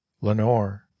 lenore